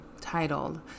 titled